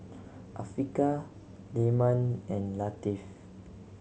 Afiqah Leman and Latif